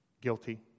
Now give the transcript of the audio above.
Guilty